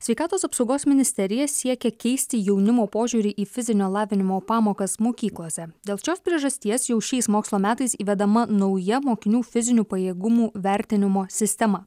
sveikatos apsaugos ministerija siekia keisti jaunimo požiūrį į fizinio lavinimo pamokas mokyklose dėl šios priežasties jau šiais mokslo metais įvedama nauja mokinių fizinių pajėgumų vertinimo sistema